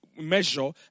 measure